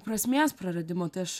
prasmės praradimo tai aš